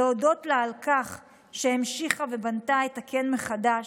להודות לה על כך שהמשיכה ובנתה את הקן מחדש,